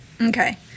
Okay